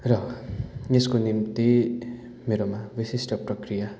र यसको निम्ति मेरोमा विशिष्ट प्रक्रिया